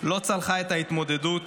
לא צלחה את ההתמודדות,